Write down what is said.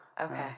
Okay